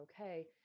okay